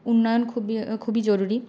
উন্নয়ন খুবই খুবই জরুরি